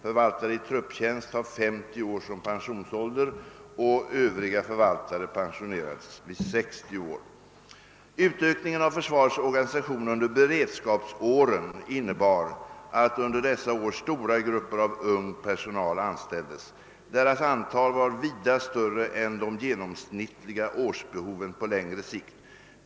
Förvaltare i trupptjänst har 50 år som pensionsålder. Övriga förvaltare pensioneras vid 60 år: Utökningen av försvarets organisation under beredskapsåren innebar, att under dessa år stora grupper av ung personal anställdes. Deras antal var vida större än de genomsnittliga årsbehoven på längre sikt.